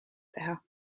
teha